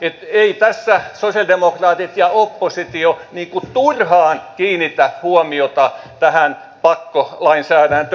että eivät tässä sosialidemokraatit ja oppositio turhaan kiinnitä huomiota tähän pakkolainsäädäntöön